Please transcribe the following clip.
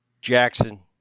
Jackson